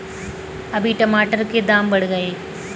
अभी टमाटर के दाम बढ़ गए